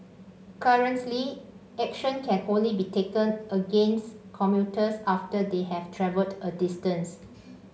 currently action can only be taken against commuters after they have travelled a distance